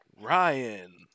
Ryan